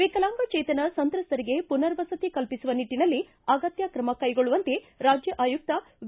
ವಿಕಲಾಂಗಚೇತನ ಸಂತ್ರಸ್ತರಿಗೆ ಪುನರ್ವಸತಿ ಕಲ್ಲಿಸುವ ನಿಟ್ಟನಲ್ಲಿ ಅಗತ್ಯ ಕ್ರಮ ಕೈಗೊಳ್ಳುವಂತೆ ರಾಜ್ಯ ಆಯುಕ್ತ ವಿ